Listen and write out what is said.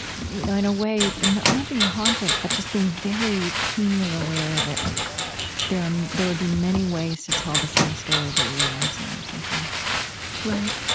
in a way and not not being haunted, but just being very keenly aware that there um there would be many ways to tell the same story that you're immersing yourself in right.